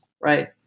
right